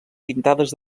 pintades